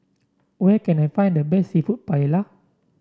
where can I find the best seafood Paella